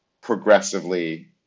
progressively